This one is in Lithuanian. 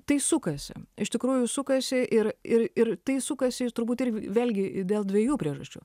tai sukasi iš tikrųjų sukasi ir ir ir tai sukasi turbūt ir vėlgi dėl dviejų priežasčių